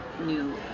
new